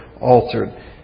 altered